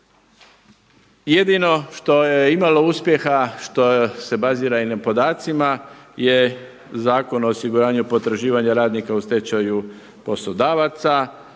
Jedino što je imalo uspjeha, što se bazira i na podacima je Zakon o osiguranju potraživanja radnika u stečaju poslodavaca